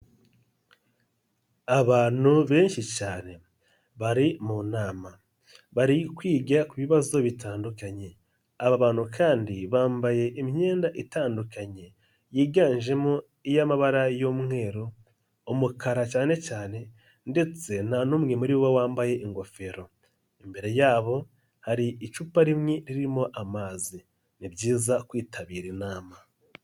Abantu benshi cyane bari mu nama, bari kwiga ku bibazo bitandukanye, aba bantu kandi bambaye imyenda itandukanye yiganjemo iy'amabara y'umweru, umukara cyane cyane ndetse nta n'umwe muri bo wambaye ingofero, imbere yabo hari icupa rimwe ririmo amazi ni byizayiza kwitabira inama.